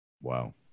Wow